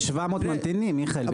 יש 700 ממתינים, מיכאל.